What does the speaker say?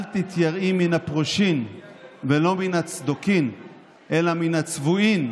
אל תתייראי מן הפרושים ולא מן הצדוקים אלא מן הצבועים,